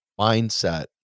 mindset